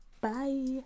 Bye